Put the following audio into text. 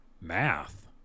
math